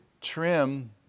trim